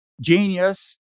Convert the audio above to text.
genius